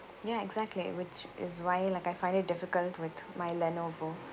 ya exactly which is why like I find it difficult with my Lenovo